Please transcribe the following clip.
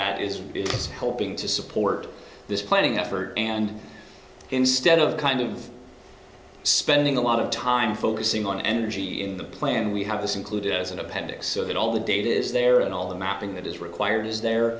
that is what is helping to support this planning effort and instead of kind of spending a lot of time focusing on energy in the plan we have this included as an appendix so that all the data is there and all the mapping that is required is there